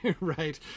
right